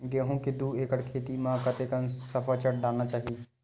गेहूं के दू एकड़ खेती म कतेकन सफाचट डालना चाहि?